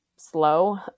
slow